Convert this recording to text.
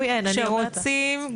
כשרוצים,